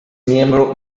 miembro